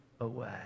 away